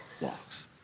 walks